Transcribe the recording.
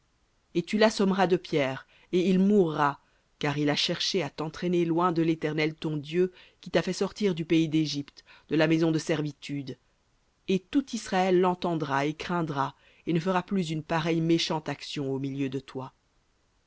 et tu l'assommeras de pierres et il mourra car il a cherché à t'entraîner loin de l'éternel ton dieu qui t'a fait sortir du pays d'égypte de la maison de servitude et tout israël l'entendra et craindra et ne fera plus une pareille méchante action au milieu de toi